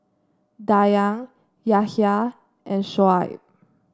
Dayang Yahya and Shoaib